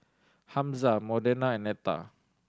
Hamza Modena and Netta